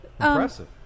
Impressive